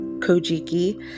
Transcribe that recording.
Kojiki